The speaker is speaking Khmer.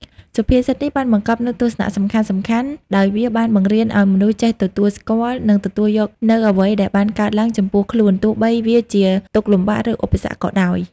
សុភាសិតនេះបានបង្កប់នូវទស្សនៈសំខាន់ៗ ដោយវាបានបង្រៀនឱ្យមនុស្សចេះទទួលស្គាល់ និងទទួលយកនូវអ្វីដែលបានកើតឡើងចំពោះខ្លួន ទោះបីវាជាទុក្ខលំបាក ឬឧបសគ្គក៏ដោយ។